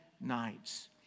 nights